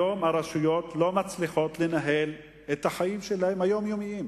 היום הרשויות לא מצליחות לנהל את חיי היום-יום שלהן,